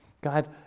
God